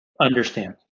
understand